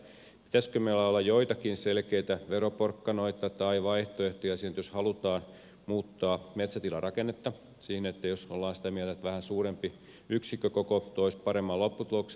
pitäisikö meillä olla joitakin selkeitä veroporkkanoita tai vaihtoehtoja siihen jos halutaan muuttaa metsätilan rakennetta siihen jos ollaan sitä mieltä että vähän suurempi yksikkökoko toisi paremman lopputuloksen